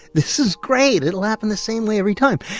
this is great. it'll happen the same way every time.